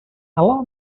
allow